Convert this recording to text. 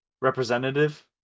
representative